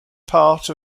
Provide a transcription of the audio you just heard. part